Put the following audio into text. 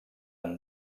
amb